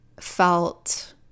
felt